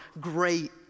great